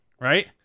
right